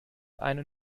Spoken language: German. eine